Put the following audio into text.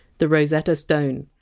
the rosetta stone